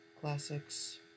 Classics